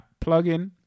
plugin